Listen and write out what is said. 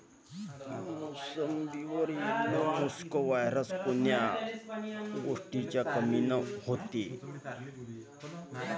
मोसंबीवर yellow mosaic virus कोन्या गोष्टीच्या कमीनं होते?